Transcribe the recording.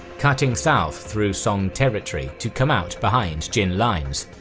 cutting south through song territory to come out behind jin lines.